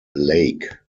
lake